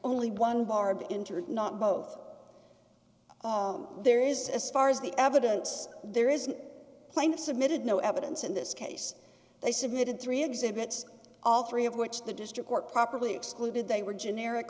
only one barb entered not both there is a star as the evidence there is playing submitted no evidence in this case they submitted three exhibits all three of which the district court properly excluded they were generic